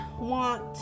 want